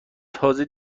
تازه